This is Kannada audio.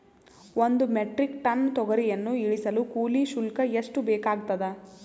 ಒಂದು ಮೆಟ್ರಿಕ್ ಟನ್ ತೊಗರಿಯನ್ನು ಇಳಿಸಲು ಕೂಲಿ ಶುಲ್ಕ ಎಷ್ಟು ಬೇಕಾಗತದಾ?